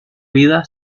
vida